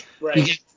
Right